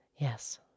Yes